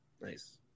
Nice